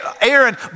Aaron